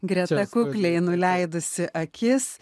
greta kukliai nuleidusi akis